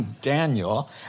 Daniel